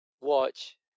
watch